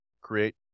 create